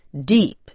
deep